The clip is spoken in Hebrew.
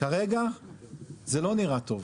כרגע זה לא נראה טוב.